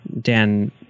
Dan